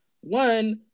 one